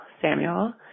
Samuel